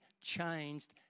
changed